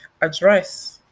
address